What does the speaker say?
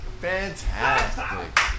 fantastic